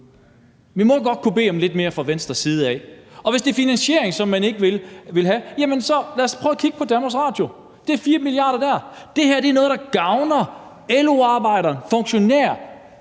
Vi må kunne bede om lidt mere fra Venstres side. Og hvis det er den her finansiering, man ikke vil have, så lad os prøve at kigge på Danmarks Radio. Der er 4 mia. kr. Det her er noget, der gavner LO-arbejderen, funktionæren,